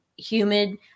humid